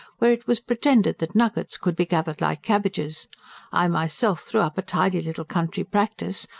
where it was pretended that nuggets could be gathered like cabbages i myself threw up a tidy little country practice.